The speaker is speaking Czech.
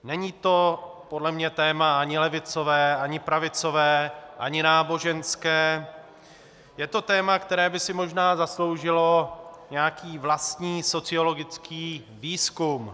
Není to podle mě téma ani levicové, ani pravicové, ani náboženské, je to téma, která by si možná zasloužilo nějaký vlastní sociologický výzkum.